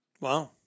Wow